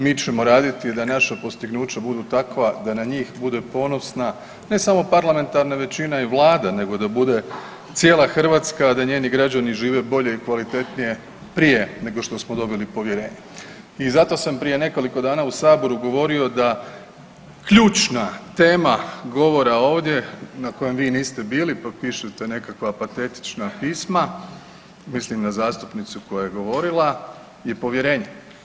Mi ćemo raditi da naša postignuća budu takva da na njih bude ponosna ne samo parlamentarna većina i Vlada, nego da bude cijela Hrvatska a da njeni građani žive bolje i kvalitetnije, prije nego što smo dobili povjerenje i zato sam prije nekoliko dana u Saboru govorio da ključna tema govora ovdje na kojem vi niste bili, pa pišete nekakva patetična pisma, mislim na zastupnicu koja je govorila je povjerenje.